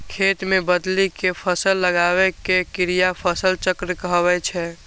खेत मे बदलि कें फसल लगाबै के क्रिया फसल चक्र कहाबै छै